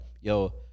yo